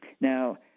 Now